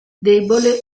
debole